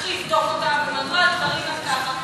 שצריך לבדוק אותה ומדוע הדברים הם ככה.